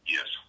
Yes